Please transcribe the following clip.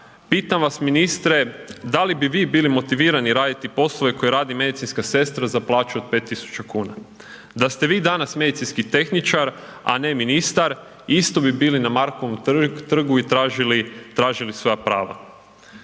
pitam vas ministre da li bi vi bili motivirani raditi poslove koje radi medicinska sestra za plaću od 5.000,00 kn? Da ste vi danas medicinski tehničar, a ne ministar, isto bi bili na Markovom trgu i tražili, tražili svoja prava.